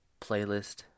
Playlist